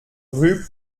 rue